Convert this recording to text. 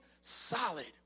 solid